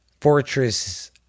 fortress